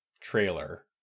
trailer